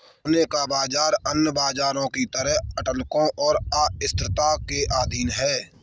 सोने का बाजार अन्य बाजारों की तरह अटकलों और अस्थिरता के अधीन है